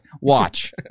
Watch